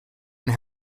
and